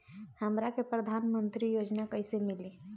हमरा के प्रधानमंत्री योजना कईसे मिली?